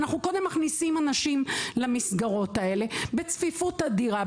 קודם מכניסים אנשים למסגרות האלה בצפיפות אדירה,